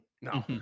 No